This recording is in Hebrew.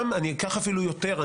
אני אקח אפילו יותר,